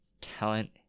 talent